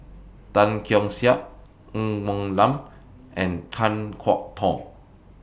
Tan Keong Saik Ng Woon Lam and Kan Kwok Toh